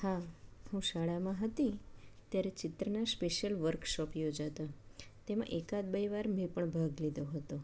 હા હું શાળામાં હતી ત્યારે ચિત્રનો સ્પેસિયલ વર્કશોપ યોજાતો તેમાં એકાદ બે વાર મેં પણ ભાગ લીધો હતો